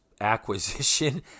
acquisition